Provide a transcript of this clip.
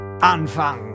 Anfang